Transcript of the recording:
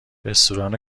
رستوران